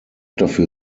dafür